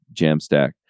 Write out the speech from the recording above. Jamstack